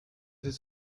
his